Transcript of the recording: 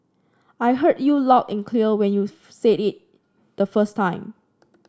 I heard you loud and clear when you said it the first time